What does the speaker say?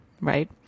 right